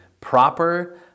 proper